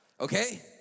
Okay